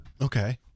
Okay